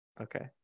Okay